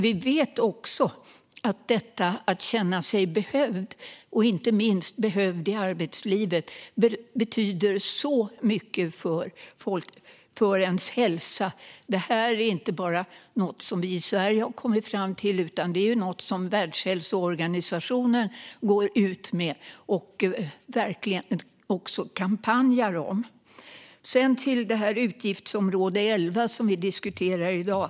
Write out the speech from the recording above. Vi vet också att detta att känna sig behövd, inte minst i arbetslivet, betyder så mycket för ens hälsa. Det här är inte bara något som vi i Sverige har kommit fram till, utan det är något som också Världshälsoorganisationen går ut med och kampanjar om. Sedan kommer vi till utgiftsområde 11, som vi diskuterar i dag.